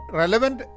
relevant